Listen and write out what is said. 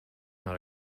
not